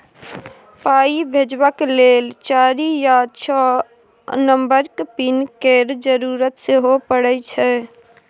पाइ भेजबाक लेल चारि या छअ नंबरक पिन केर जरुरत सेहो परय छै